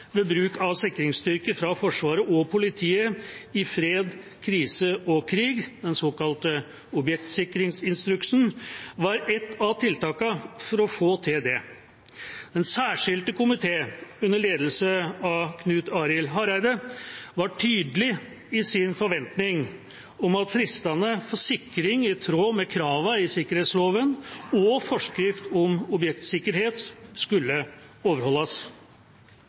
ved bruk av sikringsstyrker fra Forsvaret og politiet i fred, krise og krig, den såkalte objektsikringsinstruksen, var ett av tiltakene for å få til det. Den særskilte komité, under ledelse av Knut Arild Hareide, var tydelig i sin forventning om at fristene for sikring i tråd med kravene i sikkerhetsloven og forskrift om objektsikkerhet skulle overholdes.